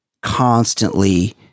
constantly